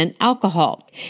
alcohol